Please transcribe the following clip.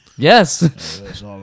Yes